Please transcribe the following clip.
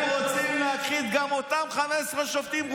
הם רוצים להכחיד גם אותם 15 שופטים,